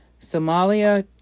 Somalia